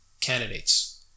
candidates